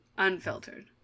Unfiltered